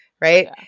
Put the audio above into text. right